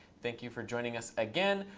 thank you for joining us again.